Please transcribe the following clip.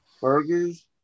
Burgers